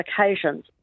occasions